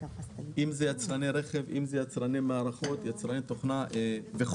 יצרני מערכות ויצרני תוכנה.